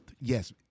Yes